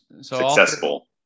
successful